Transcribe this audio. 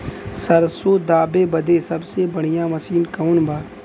सरसों दावे बदे सबसे बढ़ियां मसिन कवन बा?